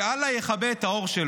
שאללה יכבה את האור שלו.